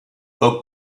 oak